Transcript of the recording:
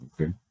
Okay